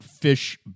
fish